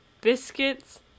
biscuits